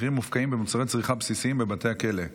מחירים מופקעים במוצרי צריכה בסיסיים בבתי הכלא,